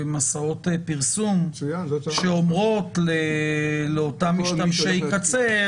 מסעות פרסום שאומרות לאותם משתמשי קצה,